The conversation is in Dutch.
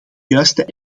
juiste